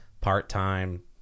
part-time